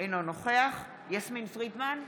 אינו נוכח יסמין פרידמן,